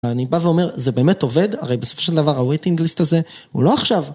אני בא ואומר, זה באמת עובד? הרי בסופו של דבר, ה-waiting list הזה, הוא לא עכשיו.